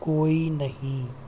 कोई नहीं